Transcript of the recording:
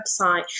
website